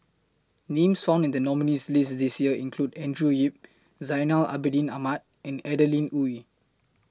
Names found in The nominees' list This Year include Andrew Yip Zainal Abidin Ahmad and Adeline Ooi